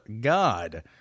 God